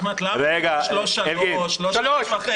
אחמד, למה לא שלוש, שלוש וחצי?